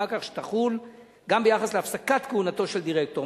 כך שתחול גם ביחס להפסקת כהונתו של דירקטור.